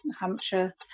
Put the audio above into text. Hampshire